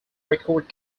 record